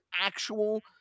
actual